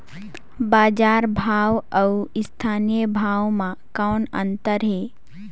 बजार भाव अउ स्थानीय भाव म कौन अन्तर हे?